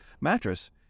mattress